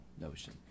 notion